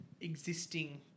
existing